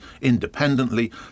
independently